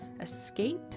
escape